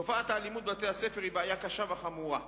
תופעת האלימות בבתי-הספר היא בעיה קשה וחמורה,